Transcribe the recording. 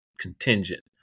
contingent